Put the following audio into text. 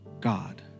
God